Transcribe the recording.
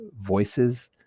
voices